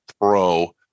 pro